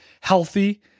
healthy